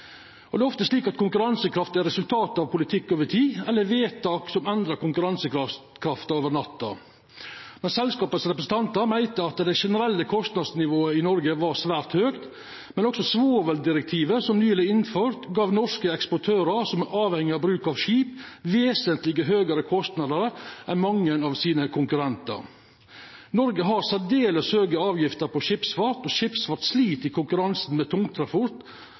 Det er ofte slik at konkurransekraft er resultat av politikk over tid, eller vedtak som endrar konkurransekrafta over natta. Selskapets representantar meinte at det generelle kostnadsnivået i Noreg er svært høgt, men også svoveldirektivet som nyleg vart innført, gjev norske eksportørar, som er avhengige av bruk av skip, vesentleg høgare kostnader enn mange av konkurrentane. Noreg har særdeles høge avgifter på skipsfart, og skipsfarten slit i konkurransen med